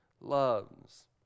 loves